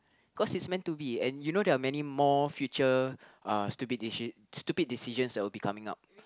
cause it's meant to be and you know they are many more future uh stupid deci~ stupid decisions that will be coming up